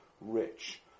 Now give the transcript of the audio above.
rich